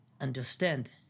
understand